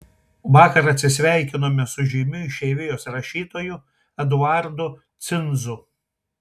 vakar atsisveikinome su žymiu išeivijos rašytoju eduardu cinzu